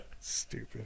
Stupid